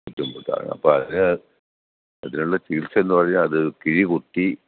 രണ്ടു മുട്ടാണ് അപ്പം അത് അതിനുള്ള ചികിത്സയെന്നു പറഞ്ഞാൽ അത് കിഴി കുത്തി